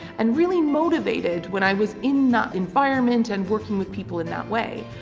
and really motivated when i was in that environment, and working with people in that way,